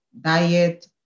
diet